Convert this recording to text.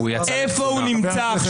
אבל הוא בכלל דיבר על הפורעים.